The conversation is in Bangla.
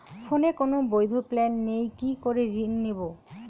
ফোনে কোন বৈধ প্ল্যান নেই কি করে ঋণ নেব?